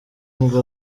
ngo